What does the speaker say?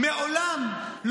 אתם ייבשתם את הגליל גם ככה.